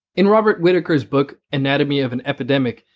in robert whitaker's book anatomy of an epidemic,